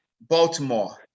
baltimore